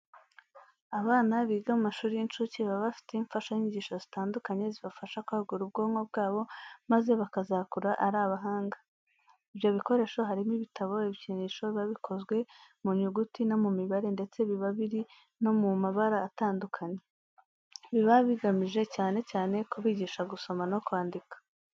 Abana biga mu mashuri y'incuke baba bafite imfashanyigisho zitandukanye zibafasha kwagura ubwonko bwabo maze bakazakura ari abahanga. Ibyo bikoresho harimo ibitabo, ibikinisho biba bikozwe mu nyuguti no mu mibare ndetse biba biri no mu mabara atandukanye. Biba bigamije cyane cyane kubigisha gusoma no kwandika.